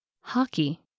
Hockey